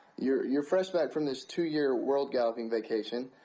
you're you're fresh back from this two-year world-galloping vacation.